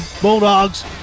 Bulldogs